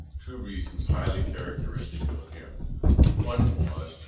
two reasons highly characteristic of him one was,